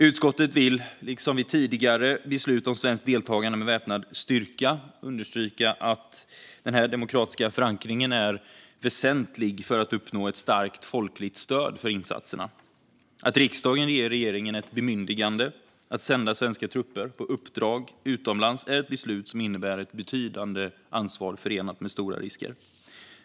Utskottet vill, liksom vid tidigare beslut om svenskt deltagande med väpnad styrka, understryka att den demokratiska förankringen är väsentlig för att uppnå starkt folkligt stöd för insatserna. Att riksdagen ger regeringen bemyndigande att sända svenska trupper på uppdrag utomlands är ett beslut som innebär ett betydande ansvar förenat med stora risker.